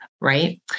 Right